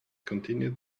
continued